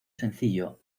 sencillo